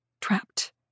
Trapped